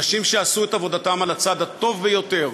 אנשים שעשו את עבודתם על הצד הטוב ביותר,